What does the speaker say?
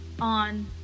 on